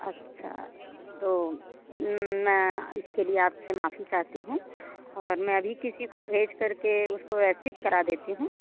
अच्छा तो मैं इसके लिए आपसे माफ़ी चाहती हूँ और अभी में किसी को भेज के उसको व्यवस्थित करा देती हूँ